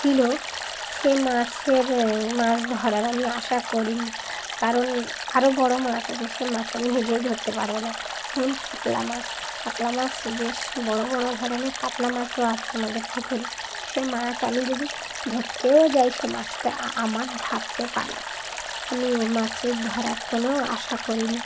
ছিল সে মাছের মাছ ধরার আমি আশা করিনি কারণ আরও বড়ো মাছ আছে সে মাছ আমি নিজেই ধরতে পারব না যেমন কাতলা মাছ কাতলা মাছ বেশ বড়ো বড়ো ধরনের কাতলা মাছও আছে আমাদের পুকুরে সে মাছ আমি যদি ধরতেও যাই সে মাছটা আমার ঝাপটে পালাবে আমি ও মাছের ধরার কোনো আশা করিনি